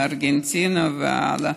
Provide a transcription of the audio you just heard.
מארגנטינה וכן הלאה.